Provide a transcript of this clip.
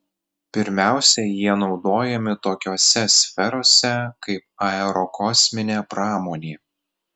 pirmiausia jie naudojami tokiose sferose kaip aerokosminė pramonė